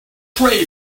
tray